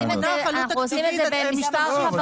עלות תקציבית לא לעניין כאן.